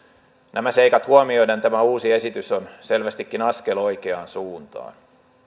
nämä seikat huomioiden tämä uusi esitys on selvästikin askel oikeaan suuntaan